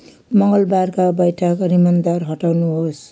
मङ्गलबारका बैठक रिमाइन्डर हटाउनुहोस्